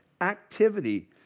activity